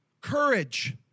Courage